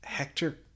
Hector